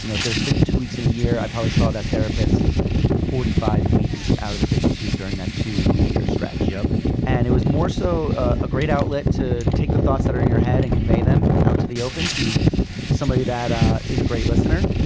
you know if there's fifty two weeks in a year, i probably saw that therapist forty five weeks out of the fifty two during that two year stretch. yeah and it was more so a great outlet to take the thoughts that are in your head and convey them out to the open, to somebody that ah is a great listener.